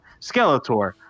Skeletor